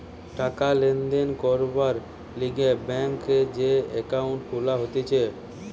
টাকা লেনদেন করবার লিগে ব্যাংকে যে একাউন্ট খুলা হতিছে